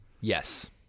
Yes